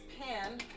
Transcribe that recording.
pan